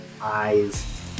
eyes